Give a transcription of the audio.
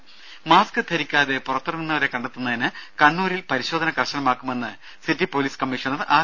രും മാസ്ക് ധരിക്കാതെ പുറത്തിറങ്ങുന്നവരെ കണ്ടെത്തുന്നതിന് കണ്ണൂരിൽ പരിശോധന കർശനമാക്കുമെന്ന് സിറ്റി പോലീസ് കമ്മീഷണർ ആർ